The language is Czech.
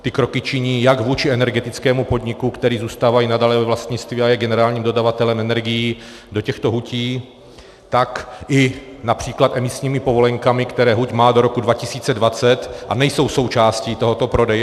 Ty kroky činí jak vůči energetickému podniku, který zůstává nadále ve vlastnictví a je generálním dodavatelem energií do těchto hutí, tak i například emisními povolenkami, které má huť do roku 2020 a nejsou součástí tohoto prodeje.